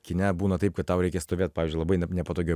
kine būna taip kad tau reikia stovėt pavyzdžiui labai ne nepatogioj